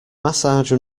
massage